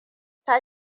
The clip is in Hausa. ta